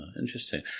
interesting